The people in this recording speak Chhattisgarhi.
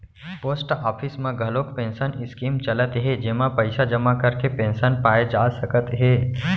पोस्ट ऑफिस म घलोक पेंसन स्कीम चलत हे जेमा पइसा जमा करके पेंसन पाए जा सकत हे